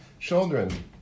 children